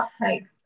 cupcakes